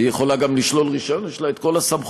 היא יכולה גם לשלול רישיון, יש לה כל הסמכויות.